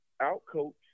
out-coach